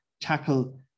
tackle